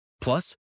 Plus